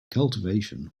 cultivation